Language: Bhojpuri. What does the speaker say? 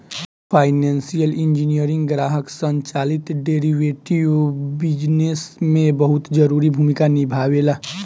फाइनेंसियल इंजीनियरिंग ग्राहक संचालित डेरिवेटिव बिजनेस में बहुत जरूरी भूमिका निभावेला